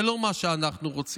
זה לא מה שאנחנו רוצים.